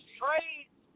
trades